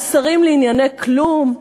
על שרים לענייני כלום.